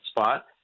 spot